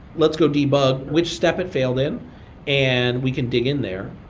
let's go debug which step it failed in and we can dig in there.